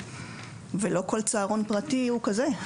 לא כל צהרון פרטי הוא כזה.